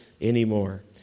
anymore